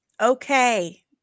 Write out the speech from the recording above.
Okay